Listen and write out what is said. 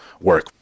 work